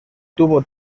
tuvo